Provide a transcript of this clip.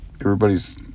Everybody's